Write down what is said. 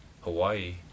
Hawaii